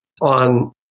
on